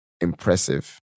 impressive